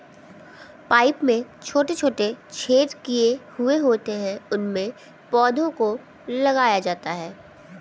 pipe में छोटे छोटे छेद किए हुए होते हैं उनमें पौधों को लगाया जाता है